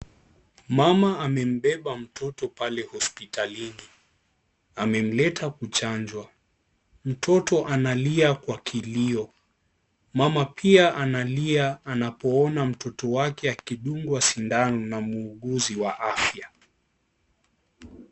Mama amembeba mtoto pale hospitalini. Amemleta kuchanjwa. Mtoto analia kwa kilio. Mama pia analia anapoona mtoto wake akidungwa sindano na muuguzi wa afya.